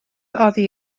oddi